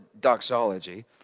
doxology